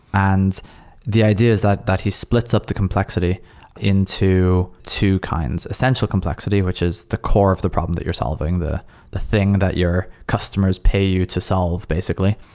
and the idea is that that he splits up the complexity into two kinds. essential complexity, which is the core of the problem that you're solving, the the thing that your customers pay you to solve basically.